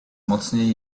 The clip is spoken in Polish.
mocniej